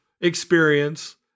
experience